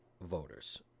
voters